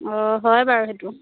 অঁ হয় বাৰু সেইটো